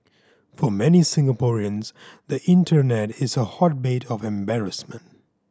for many Singaporeans the internet is a hotbed of embarrassment